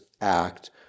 act